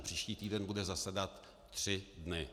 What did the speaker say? Příští týden bude zasedat tři dny.